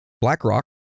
BlackRock